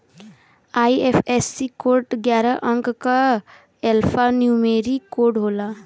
IFSC code ग्यारह अंक क एल्फान्यूमेरिक कोड होला